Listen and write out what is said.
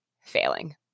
failing